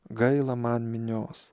gaila man minios